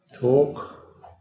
talk